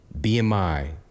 BMI